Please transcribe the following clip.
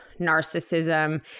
narcissism